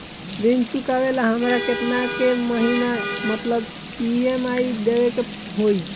ऋण चुकावेला हमरा केतना के महीना मतलब ई.एम.आई देवे के होई?